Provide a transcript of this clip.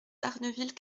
barneville